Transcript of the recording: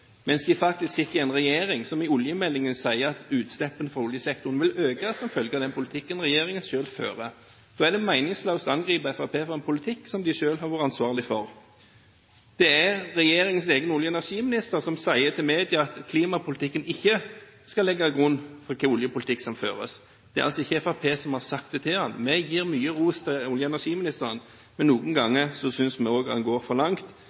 mens de faktisk sitter i en regjering som i oljemeldingen sier at utslippene i oljesektoren vil øke som følge av den politikken regjeringen selv fører. Da er det jo meningsløst å angripe Fremskrittspartiet for en politikk som de selv har vært ansvarlige for. Det er regjeringens egen olje- og energiminister som sier til media at klimapolitikken ikke skal ligge til grunn for hvilken oljepolitikk som føres. Det er altså ikke Fremskrittspartiet som har sagt det til ham. Vi gir mye ros til olje- og energiministeren, men noen ganger synes også vi han går for langt.